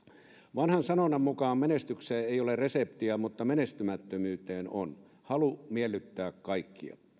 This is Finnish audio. vanhan sanonnan mukaan menestykseen ei ole reseptiä mutta menestymättömyyteen on halu miellyttää kaikkia